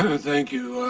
ah thank you.